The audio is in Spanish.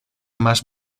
más